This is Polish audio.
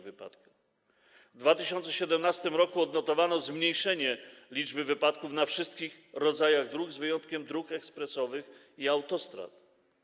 W 2017 r. odnotowano zmniejszenie liczby wypadków na wszystkich rodzajach dróg z wyjątkiem dróg ekspresowych i autostrad.